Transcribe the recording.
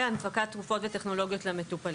והנפקת תרופות וטכנולוגיות למטופלים.